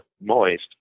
moist